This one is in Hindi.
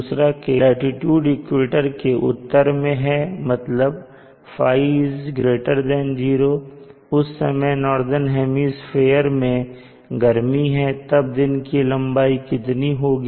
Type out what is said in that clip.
दूसरा केस लाटीट्यूड इक्वेटर के उत्तर में हैं मतलब ϕ0 और उस समय नॉर्दन हेमिस्फीयर में गर्मी है तब दिन की लंबाई कितनी होगी